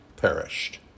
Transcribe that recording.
perished